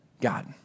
God